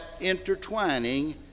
intertwining